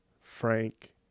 Frank